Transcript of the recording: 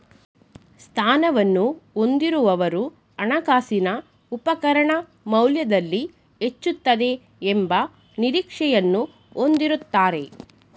ಸ್ಥಾನವನ್ನು ಹೊಂದಿರುವವರು ಹಣಕಾಸಿನ ಉಪಕರಣ ಮೌಲ್ಯದಲ್ಲಿ ಹೆಚ್ಚುತ್ತದೆ ಎಂಬ ನಿರೀಕ್ಷೆಯನ್ನು ಹೊಂದಿರುತ್ತಾರೆ